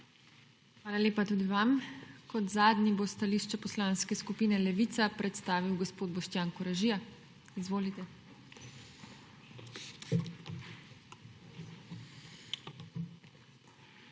Hvala lepa tudi vam. Kot zadnji bo stališče poslanske skupine Levica predstavil gospod Boštjan Koražija, izvolite.